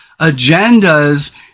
agendas